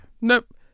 nope